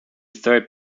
third